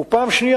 ופעם שנייה,